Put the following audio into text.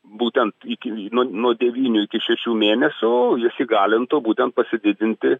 būtent iki vy nuo devynių iki šešių mėnesių jis įgalintų būtent pasididinti